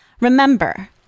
Remember